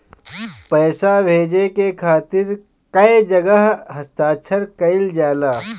पैसा भेजे के खातिर कै जगह हस्ताक्षर कैइल जाला?